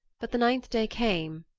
but the ninth day came,